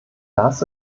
das